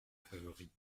favori